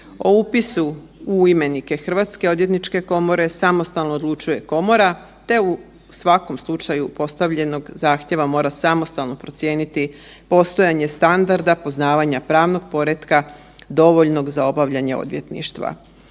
O upisu u imenike HOK-a samostalno odlučuje komora, te u svakom slučaju postavljenog zahtjeva mora samostalno procijeniti postojanje standarda poznavanja pravnog poretka dovoljnog za obavljanje odvjetništva.